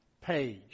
page